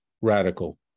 radical